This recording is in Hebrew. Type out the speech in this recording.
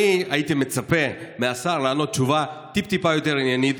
הייתי מצפה מהשר לענות תשובה טיפ-טיפה יותר עניינית,